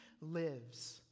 lives